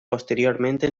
posteriormente